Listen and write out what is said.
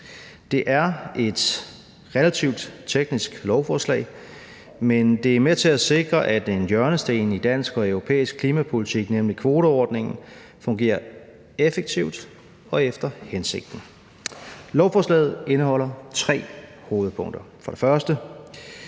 Det er et relativt teknisk lovforslag, men det er med til at sikre, at en hjørnesten i dansk og europæisk klimapolitik, nemlig kvoteordningen, fungerer effektivt og efter hensigten. Lovforslaget indeholder tre hovedpunkter. For det første